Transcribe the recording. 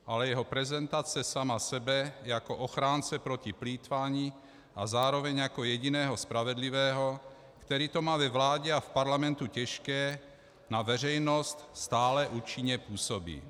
Ale jeho prezentace sama sebe jako ochránce proti plýtvání a zároveň jako jediného spravedlivého, který to má ve vládě a v Parlamentu těžké, na veřejnost stále účinně působí.